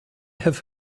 have